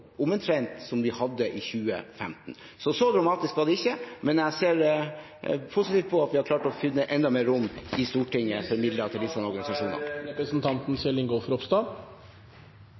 omtrent det nivået vi hadde i 2015. Så så dramatisk var det ikke, men jeg ser positivt på at vi har klart å finne enda mer rom i Stortinget